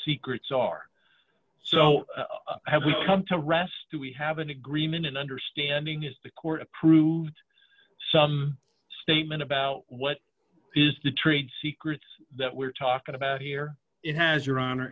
secrets are so have we come to rest do we have an agreement and understanding is the court approved some statement about what is the trade secrets that we're talking about here it has your honor